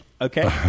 Okay